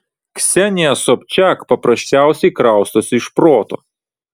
ksenija sobčak paprasčiausiai kraustosi iš proto